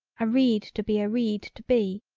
a reed to be a reed to be,